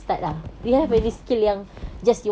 mm